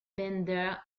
bender